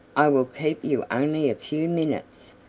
i will keep you only a few minutes.